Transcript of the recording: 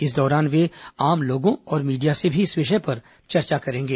इस दौरान वे आम लोगों और मीडिया से भी इस विषय पर चर्चा करेंगे